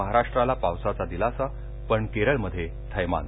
महाराष्ट्राला पावसाचा दिलासा पण केरळमध्ये थैमान